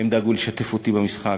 הם דאגו לשתף אותי במשחק,